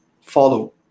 follow